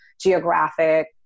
geographic